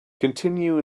continue